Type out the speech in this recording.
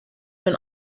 when